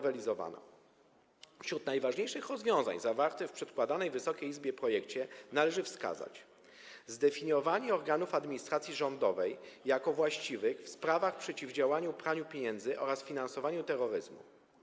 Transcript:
Wśród najważniejszych rozwiązań zawartych w przedkładanym Wysokiej Izbie projekcie należy wskazać zdefiniowanie organów administracji rządowej jako właściwych w sprawach przeciwdziałania praniu pieniędzy oraz finansowaniu terroryzmu.